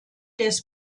des